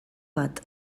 bat